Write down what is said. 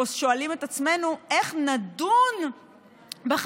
שואלים את עצמנו איך נדון בחסינות